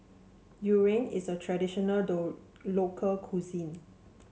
Durian is a traditional local cuisine